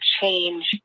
change